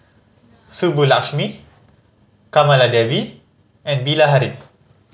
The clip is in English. Subbulakshmi Kamaladevi and Bilahari